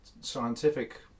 scientific